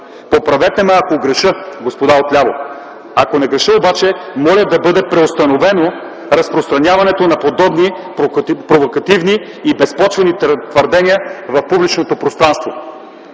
Поправете ме, ако греша, господа отляво, ако не греша обаче моля да бъде преустановено разпространяването на подобни провокативни и безпочвени твърдения в публичното пространство.